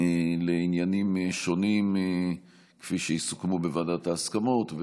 לעניינים שונים כפי שיסוכמו בוועדת ההסכמות,